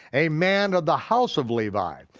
a man of the house of levi.